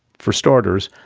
for starters,